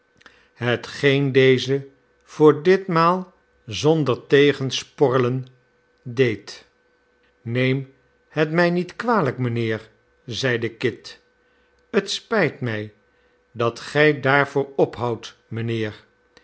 hetgeen deze voor ditmaal zonder tegensporrelen deed neem het mij nietkwalijk mijnheer zeide kit het spijt mij dat gij daarvoor ophoudt